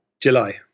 July